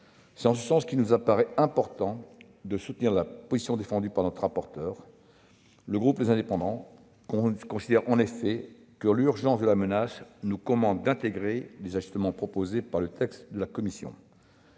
C'est en ce sens qu'il nous apparaît important de soutenir la position défendue par notre rapporteur. Le groupe Les Indépendants considère en effet que l'urgence de la menace nous commande d'intégrer les ajustements proposés par le texte de la commission.